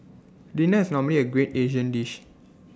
dinner is normally A great Asian dish